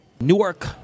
Newark